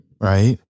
right